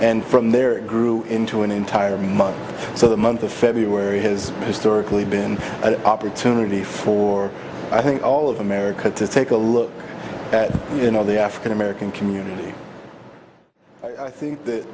and from there it grew into an entire month so the month of february has historically been an opportunity for i think all of america to take a look at you know the african american community i think